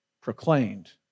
proclaimed